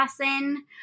lesson